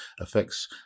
affects